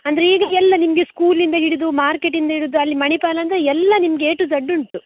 ಅಂದರೆ ಈಗ ಎಲ್ಲ ನಿಮಗೆ ಸ್ಕೂಲಿಂದ ಹಿಡಿದು ಮಾರ್ಕೆಟಿಂದ ಹಿಡಿದು ಅಲ್ಲಿ ಮಣಿಪಾಲಂದರೆ ಎಲ್ಲ ನಿಮಗೆ ಎ ಟು ಝಡ್ ಉಂಟು